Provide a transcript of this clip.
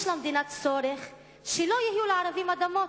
יש למדינה צורך שלא יהיו לערבים אדמות,